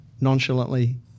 nonchalantly